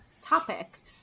topics